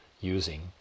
using